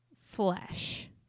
flesh